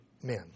men